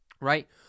right